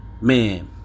Man